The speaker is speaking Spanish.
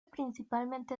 principalmente